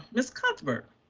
ms. cuthbert.